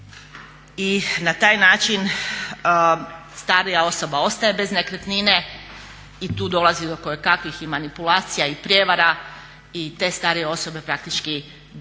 i na taj način starija osoba ostaje do nekretnine i tu dolazi do kojekakvih i manipulacija i prijevara i te starije osobe praktički dok